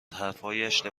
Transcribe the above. حرفهایشان